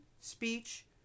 speech